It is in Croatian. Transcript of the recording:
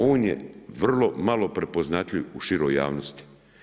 On je vrlo malo prepoznatljiv u široj javnosti.